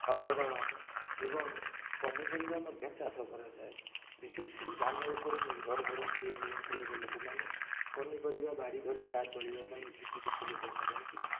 ହରଡ଼ ଏବଂ ପନିପରିବା ମଧ୍ୟ ଚାଷ କରାଯାଏ ବିଶେଷ କରି ଧାନ ଉପରେ ନିର୍ଭର କରନ୍ତି ଏ ଅଞ୍ଚଳର ଲୋକମାନେ ପନିପରିବା ବାଡ଼ିଘରେ ଯାହା ଚଳିବା ପାଇଁ କିଛି କିଛି ଲୋକ କରନ୍ତି